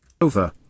Over